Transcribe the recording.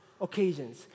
occasions